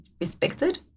respected